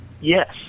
Yes